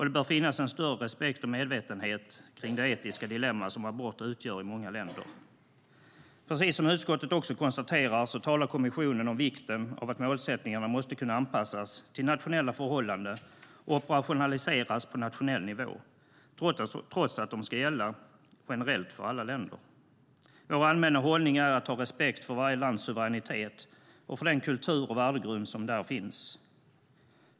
Det bör finnas en större respekt för och medvetenhet om det etiska dilemma som abort utgör i många länder. Precis som utskottet också konstaterar talar kommissionen om vikten av att målsättningarna måste kunna anpassas till nationella förhållanden och operationaliseras på nationell nivå trots att de ska gälla generellt för alla länder. Vår allmänna hållning är att ha respekt för varje lands suveränitet och för den kultur och värdegrund som där finns.